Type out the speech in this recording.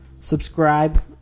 subscribe